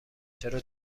چرا